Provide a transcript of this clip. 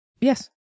Yes